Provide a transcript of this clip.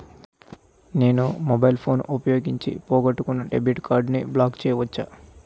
నేను mobile phone ఉపయోగించి పోగొట్టుకున్న డెబిట్ కార్డ్ని బ్లాక్ చేయవచ్చా?